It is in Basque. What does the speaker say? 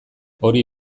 hori